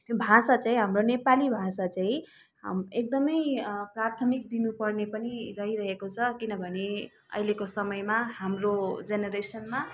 भाषा चाहिँ हाम्रो नेपाली भाषा चाहिँ एकदमै प्राथमिक दिनु पर्ने पनि रहिरहेको छ किनभने अहिलेको समयमा हाम्रो जेनेरेसनमा